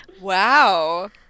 Wow